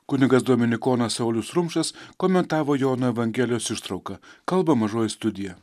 kunigas dominikonas saulius rumšas komentavo jono evangelijos ištrauką kalba mažoji studija